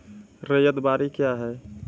रैयत बाड़ी क्या हैं?